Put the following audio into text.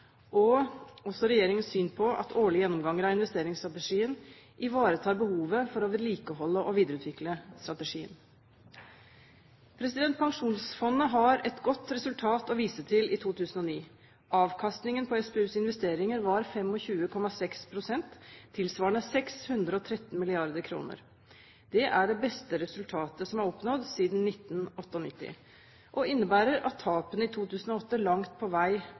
og også regjeringens syn på at årlige gjennomganger av investeringsstrategien ivaretar behovet for å vedlikeholde og videreutvikle strategien. Pensjonsfondet har et godt resultat å vise til i 2009. Avkastningen på SPUs investeringer var 25,6 pst., tilsvarende 613 mrd. kr. Det er det beste resultatet som er oppnådd siden 1998, og innebærer at tapene i 2008 langt på vei